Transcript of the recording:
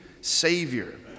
Savior